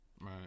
Right